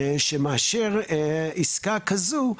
שמאשר עסקה כזו,